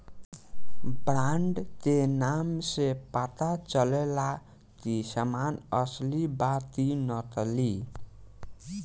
brand के नाम से पता चलेला की सामान असली बा कि नकली